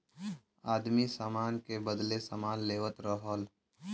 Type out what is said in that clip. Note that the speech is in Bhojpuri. आदमी सामान के बदले सामान लेवत रहल